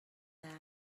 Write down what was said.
that